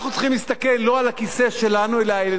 שלנו אלא על העיניים של הנכדים שלנו,